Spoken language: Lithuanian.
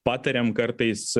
patariam kartais